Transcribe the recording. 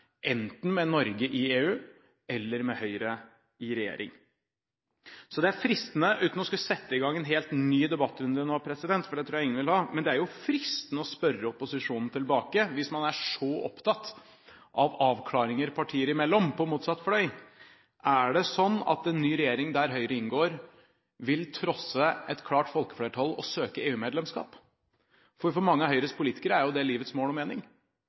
enten med Norge i EU eller med Høyre i regjering. Så det er fristende, uten å skulle sette i gang en helt ny debattrunde nå, for det tror jeg ingen vil ha, å spørre opposisjonen tilbake, hvis man er så opptatt av avklaringer partier imellom på motsatt fløy: Er det sånn at en ny regjering der Høyre inngår, vil trosse et klart folkeflertall og søke EU-medlemskap? For mange av Høyres politikere er jo det livets mål og mening.